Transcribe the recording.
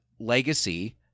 legacy